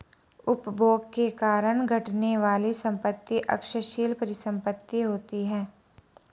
उपभोग के कारण घटने वाली संपत्ति क्षयशील परिसंपत्ति होती हैं